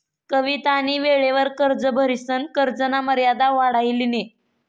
कवितानी वेळवर कर्ज भरिसन कर्जना मर्यादा वाढाई लिनी